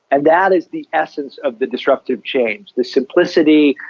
and that is the essence of the disruptive change, the simplicity,